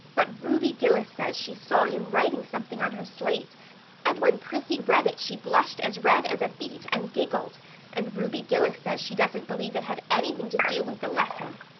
but ruby gillis says she saw him writing something on her slate and when prissy read it she blushed as red as a beet and giggled and ruby gillis says she doesn't believe it had anything to do with the lesson.